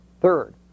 Third